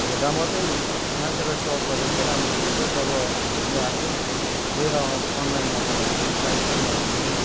हेर्दा मात्रै मान्छेलाई सोअप गर्दा मात्रै राम्रो देख्दोरहेछ जब हामीले आफै लिएर अनलाइन मगाउँदाखेरि साइज पनि नहुने